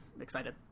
Excited